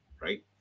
right